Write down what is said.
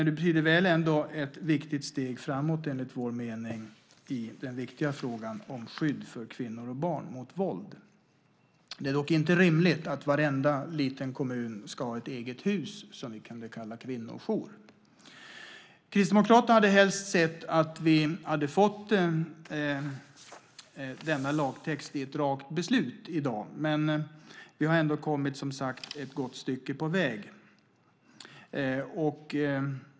Det betyder ändå ett viktigt steg framåt, enligt vår mening, i den viktiga frågan om skydd mot våld för kvinnor och barn. Det är dock inte rimligt att varenda liten kommun ska ha ett eget hus som kan kallas kvinnojour. Kristdemokraterna hade helst sett att vi hade fått denna lagtext i ett rakt beslut i dag, men vi har som sagt ändå kommit ett gott stycke på väg.